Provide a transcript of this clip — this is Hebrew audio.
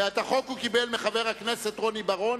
ואת החוק הוא קיבל מחבר הכנסת רוני בר-און,